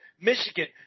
Michigan